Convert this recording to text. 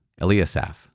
Eliasaph